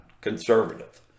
Conservative